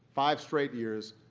five straight years,